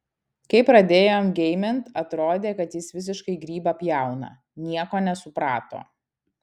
kai pradėjom geimint atrodė kad jis visiškai grybą pjauna nieko nesuprato